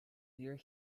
dear